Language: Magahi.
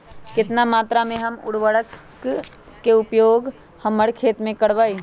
कितना मात्रा में हम उर्वरक के उपयोग हमर खेत में करबई?